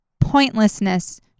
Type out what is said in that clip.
pointlessness